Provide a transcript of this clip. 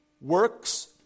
works